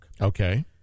Okay